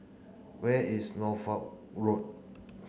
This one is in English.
where is Norfolk Road